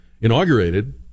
inaugurated